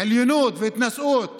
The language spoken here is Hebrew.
עליונות והתנשאות